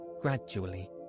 gradually